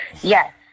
Yes